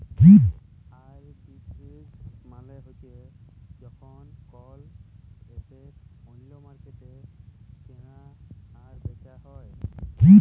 arbitrage মালে হ্যচ্যে যখল কল এসেট ওল্য মার্কেটে কেলা আর বেচা হ্যয়ে